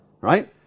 right